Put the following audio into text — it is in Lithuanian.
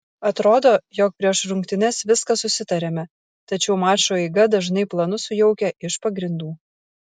atrodo jog prieš rungtynes viską susitariame tačiau mačo eiga dažnai planus sujaukia iš pagrindų